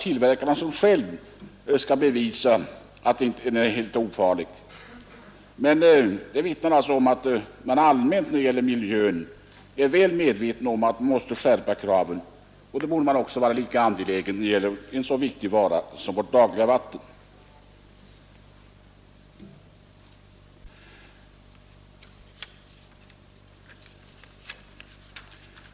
Tillverkarna själva skall visa att de är helt ofarliga. Det vittnar om att man allmänt, när det gäller miljön, är medveten om att vi måste skärpa kraven. Då borde man vara lika angelägen när det gäller en så viktig vara som vårt dagliga vatten.